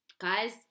guys